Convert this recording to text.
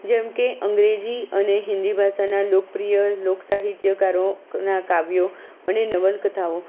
જેમ કે અંગ્રેજી અને હિન્દી ભાષાનાં લોકપ્રિય લોકસાહિત્યકારો નાં કાવ્યો અને નવલકથાઓ